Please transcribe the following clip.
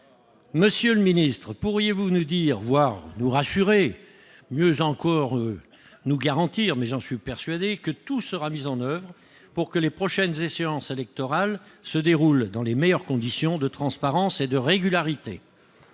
Monsieur le ministre, pourriez-vous nous rassurer, ou mieux encore nous garantir que tout sera mis en oeuvre pour que les prochaines échéances électorales se déroulent dans les meilleures conditions de transparence et de régularité ?